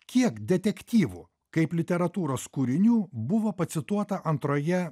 kiek detektyvų kaip literatūros kūrinių buvo pacituota antroje